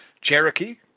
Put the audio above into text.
cherokee